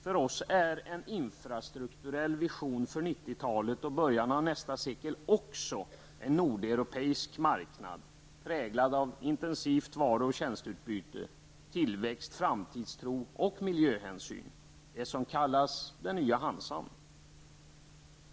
För oss är en infrastrukturell vision för 90 talet och början av nästa sekel också en nordeuropeisk marknad, präglad av intensivt varuoch tjänsteutbyte, tillväxt, framtidstro och miljöhänsyn -- det som kallas den nya Hansan.